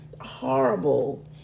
horrible